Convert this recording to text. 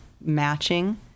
matching